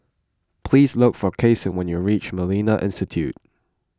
please look for Cason when you reach Millennia Institute